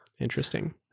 Interesting